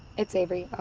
it's avery.